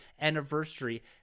anniversary